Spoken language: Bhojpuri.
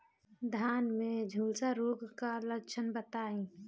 धान में झुलसा रोग क लक्षण बताई?